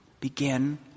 begin